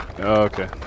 Okay